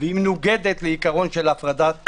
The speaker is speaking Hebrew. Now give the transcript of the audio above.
ומנוגדת לעיקרון של הפרדת רשויות.